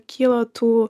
kyla tų